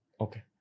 Okay